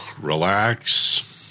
relax